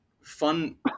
fun